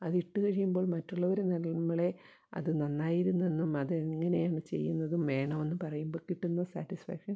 അത് ഇട്ടു കഴിയുമ്പോൾ മറ്റുള്ളവർ നമ്മളെ അത് നന്നായിരുന്നുവെന്നും അതെങ്ങനെയാണ് ചെയ്യുന്നതും വേണമെന്ന് പറയുമ്പോൾ കിട്ടുന്ന സാറ്റിസ്ഫാക്ഷൻ